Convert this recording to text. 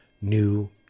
New